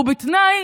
ובתנאי